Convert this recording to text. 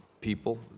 people